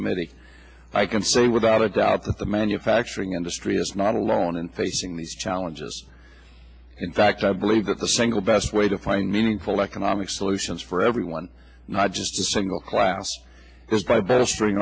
committee i can say without a doubt that the manufacturing industry is not alone in facing these challenges in fact i believe that the single best way to find meaningful economic solutions for everyone not just a single class is by bowstring